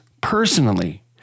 personally